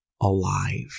alive